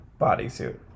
bodysuit